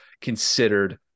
considered